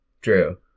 True